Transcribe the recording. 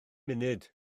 munud